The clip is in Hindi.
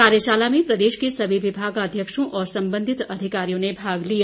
कार्यशाला में प्रदेश के सभी विभागाध्यक्षों और संबंधित अधिकारियों ने भाग लिया